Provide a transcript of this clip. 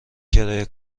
کرایه